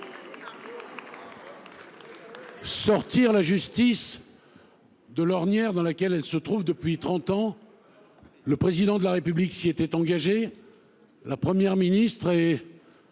Sortir la justice de l'ornière dans laquelle elle se trouve depuis trente ans : le Président de la République s'y était engagé, la Première ministre et